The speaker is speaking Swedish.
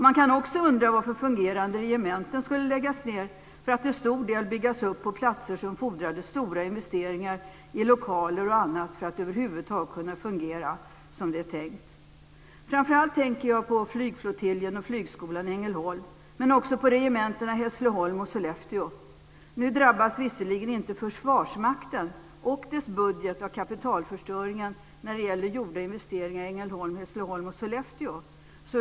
Man kan också undra varför fungerande regementen skulle läggas ned för att till stor del byggas upp igen på platser som fordrar stora investeringar i lokaler och annat för att över huvud taget kunna fungera som det är tänkt. Framför allt tänker jag på flygflottiljen och flygskolan i Ängelholm, men också på regementena i Hässleholm och Sollefteå. Nu drabbas visserligen inte Försvarsmakten och dess budget av kapitalförstöringen när det gäller gjorda investeringar i Ängelholm, Hässleholm och Sollefteå.